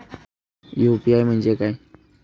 UPI म्हणजे काय?